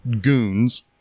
goons